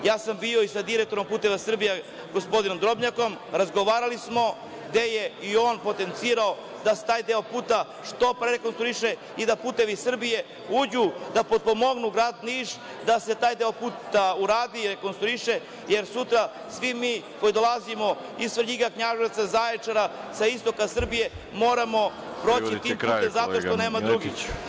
Ja sam bio i sa direktorom „Puteva Srbije“, gospodinom Drobnjakom, razgovarali smo, gde je i on potencirao da se taj deo puta što pre rekonstruiše, da „Putevi Srbije“ uđu, da potpomognu Grad Niš, da se taj deo puta uradi, rekonstruiše, jer sutra svi mi koji dolazimo iz Svrljiga, Knjaževca, Zaječara, sa istoka Srbije, moramo proći tim putem zato što nema drugog.